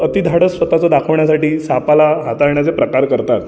अतिधाडस स्वत चं दाखवण्यासाठी सापाला हाताळण्याचे प्रकार करतात